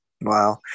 Wow